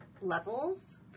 levels